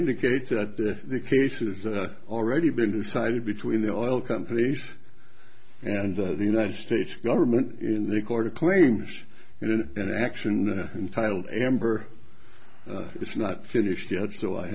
indicate that the case is already been decided between the oil companies and the united states government in the court of claims and in an action untitled amber it's not finished yet so i